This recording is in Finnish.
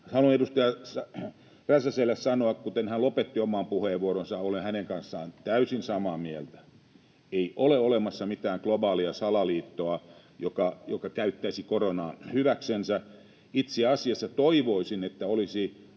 Haluan edustaja Räsäselle sanoa, kuten hän lopetti oman puheenvuoronsa: Olen hänen kanssaan täysin samaa mieltä. Ei ole olemassa mitään globaalia salaliittoa, joka käyttäisi koronaa hyväksensä. Itse asiassa toivoisin, että olisi